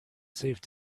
saved